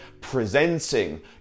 presenting